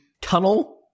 tunnel